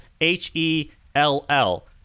H-E-L-L